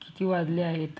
किती वाजले आहेत